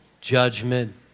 judgment